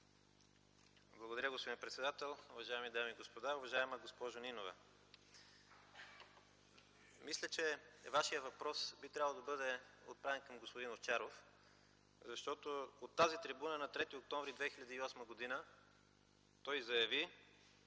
Благодаря, господин председател. Уважаеми дами и господа, уважаема госпожо Нинова! Мисля, че Вашият въпрос би трябвало да бъде отправен към господин Овчаров, защото от тази трибуна на 3 октомври 2008 г. той заяви,